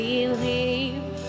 believe